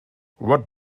what